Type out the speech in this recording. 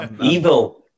Evil